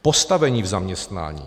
Postavení v zaměstnání.